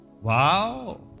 Wow